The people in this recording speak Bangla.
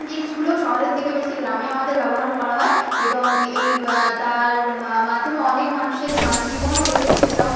জিনিসগুলো শহরের থেকে বেশি গ্রামে আমাদের ব্যবহারও করা হয় এবং এই তার মাধ্যমে অনেক মানুষের মানে জীবনও বেঁচেছে সেটাও